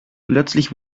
plötzlich